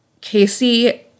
Casey